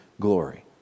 glory